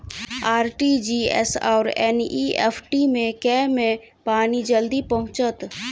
RTGS आओर NEFT मे केँ मे पानि जल्दी पहुँचत